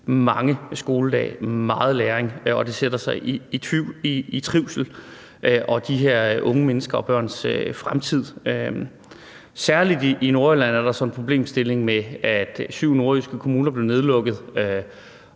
mange skoledage, meget læring, og det sætter sig i trivsel og de her unge menneskers og børns fremtid. Særlig i Nordjylland er der så en problemstilling med, at syv nordjyske kommuner blev nedlukket,